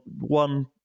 one